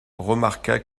remarqua